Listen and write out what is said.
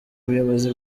ubuyobozi